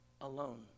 alone